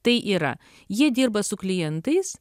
tai yra jie dirba su klientais